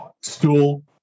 stool